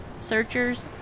Searchers